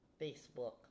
Facebook